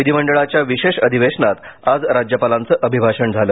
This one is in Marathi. विधीमंडळाच्या विशेष अधिवेशनात आज राज्यपालांचं अभिभाषण झालं